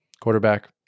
Quarterback